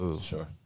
Sure